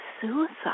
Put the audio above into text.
suicide